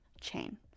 chain